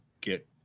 get